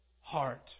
heart